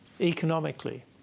economically